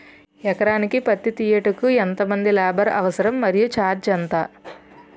ఎకరానికి పత్తి తీయుటకు ఎంత మంది లేబర్ అవసరం? మరియు ఛార్జ్ ఎంత?